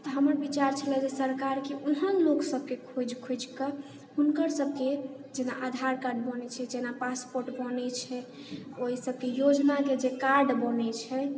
तऽ हमर विचार छलए जे सरकारके ओहन लोकसबकेँ खोजि खोजिके हुनकर सबकेँ जेना आधार कार्ड बनैत छै जेना पासपोर्ट बनैत छै ओहि सबकेँ योजनाके जे कार्ड बनैत छै